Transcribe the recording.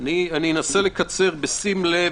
ומנסה לייצר עיוות בשוק הדעות,